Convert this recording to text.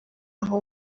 naho